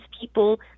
people